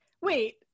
wait